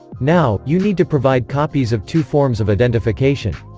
now, you need to provide copies of two forms of identification.